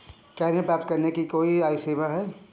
क्या ऋण प्राप्त करने के लिए कोई आयु सीमा है?